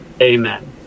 amen